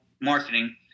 marketing